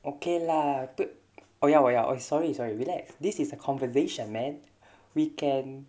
okay lah 对我要我要 !oi! sorry sorry relax this is a conversation man we can